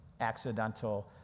accidental